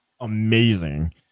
amazing